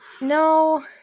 No